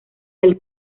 del